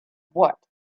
what